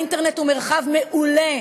האינטרנט הוא מרחב מעולה,